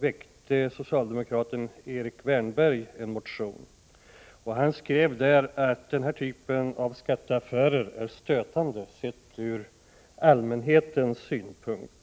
väckte socialdemokraten Erik Wärnberg en motion där han anförde att den här typen av skatteaffärer är stötande, sett från allmänhetens synpunkt.